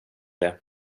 det